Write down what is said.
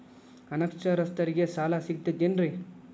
ಅನಕ್ಷರಸ್ಥರಿಗ ಸಾಲ ಸಿಗತೈತೇನ್ರಿ?